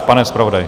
Pane zpravodaji?